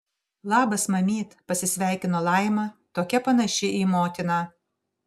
labas mamyt pasisveikino laima tokia panaši į motiną